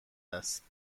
است